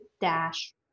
dash